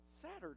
Saturday